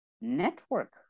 network